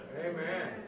Amen